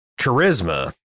Charisma